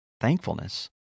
thankfulness